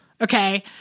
Okay